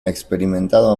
experimentado